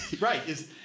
right